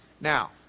Now